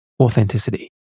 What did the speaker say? Authenticity